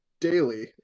daily